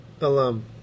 alum